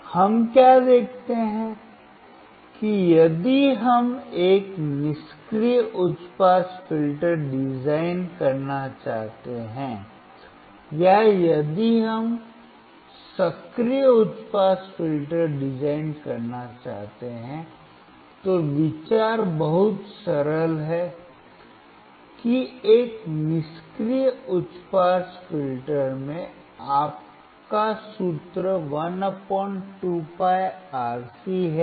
तो हम क्या देखते हैं की यदि हम एक निष्क्रिय उच्च पास फिल्टर डिजाइन करना चाहते हैं या यदि हम सक्रिय उच्च पास फिल्टर डिजाइन करना चाहते हैं तो विचार बहुत सरल है कि एक निष्क्रिय उच्च पास फिल्टर में आपका सूत्र 1 2πRC है